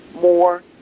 more